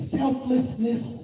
selflessness